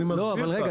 אני מסביר לך.